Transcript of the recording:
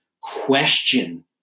question